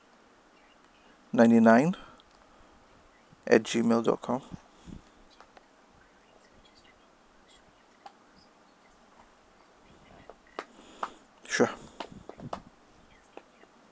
ninety nine at gmail dot com sure